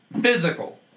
Physical